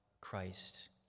Christ